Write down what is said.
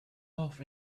off